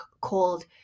called